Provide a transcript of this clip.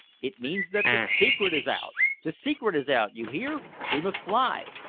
it means that the secret is out the secret is out, you hear! we must fly!